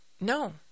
No